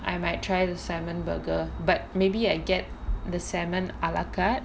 I might try the salmon burger but maybe I get the salmon ala carte